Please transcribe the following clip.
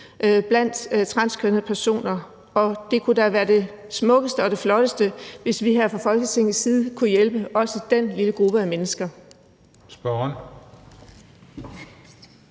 blandt transkønnede personer, og det kunne da være det smukkeste og flotteste, hvis vi her fra Folketingets side kunne hjælpe også den lille gruppe af mennesker.